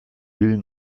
will